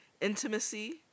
intimacy